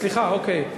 סליחה, אוקיי.